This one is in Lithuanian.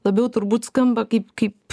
labiau turbūt skamba kaip kaip